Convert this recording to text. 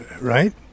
right